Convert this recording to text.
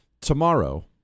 tomorrow